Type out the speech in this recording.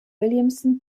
williamson